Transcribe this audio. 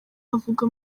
avuga